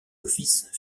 offices